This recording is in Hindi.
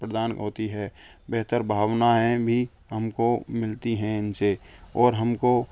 प्रदान होती है बेहतर भावनाएं भी हमको मिलती हैं इनसे और हमको